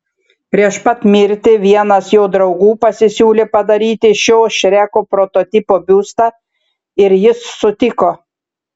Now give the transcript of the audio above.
prieš pat mirtį vienas jo draugų pasisiūlė padaryti šio šreko prototipo biustą ir jis sutiko